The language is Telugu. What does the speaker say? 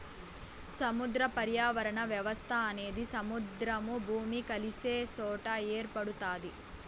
సముద్ర పర్యావరణ వ్యవస్థ అనేది సముద్రము, భూమి కలిసే సొట ఏర్పడుతాది